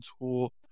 tool